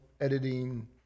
editing